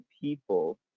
people